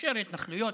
אישר התנחלויות.